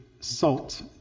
Salt